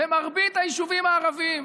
במרבית היישובים הערביים,